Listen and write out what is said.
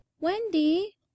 Wendy